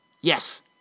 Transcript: Yes